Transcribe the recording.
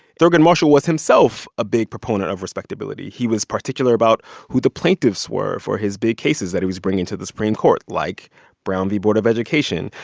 thurgood marshall was himself a big proponent of respectability. he was particular about who the plaintiffs were for his big cases that he was bringing to the supreme court, like brown v. board of education.